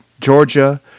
Georgia